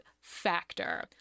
Factor